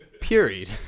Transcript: period